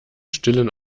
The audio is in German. stillen